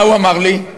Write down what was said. מה הוא אמר לי?